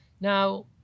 now